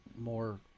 more